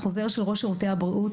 חוזר של ראש שירותי הבריאות,